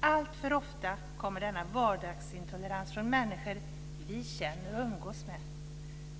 Alltför ofta kommer denna vardagsintolerans från människor som vi känner och umgås med.